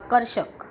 आकर्षक